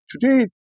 Today